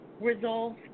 resolve